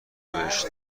بهشت